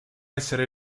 essere